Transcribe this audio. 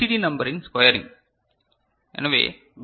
D நம்பரின் squaring எனவே B